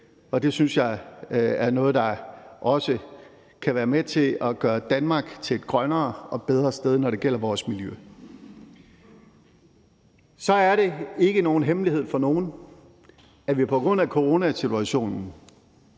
det synes jeg er noget, der også kan være med til at gøre Danmark til et grønnere og bedre sted, når det gælder vores miljø. Så er det ikke nogen hemmelighed for nogen, at vi på grund af coronasituationen